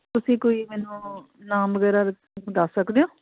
okay ਕੋਈ ਮੈਨੂੰ ਨਾਮ ਵਗੈਰਾ ਦੱਸ ਸਕਦੇ ਓਂ